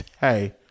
Hey